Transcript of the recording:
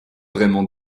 vraiment